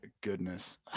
goodness